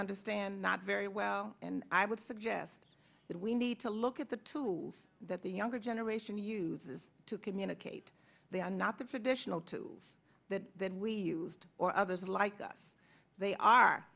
understand not very well and i would suggest that we need to look at the tools that the younger generation uses to communicate they are not the traditional tools that that we used or others like us they are